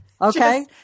Okay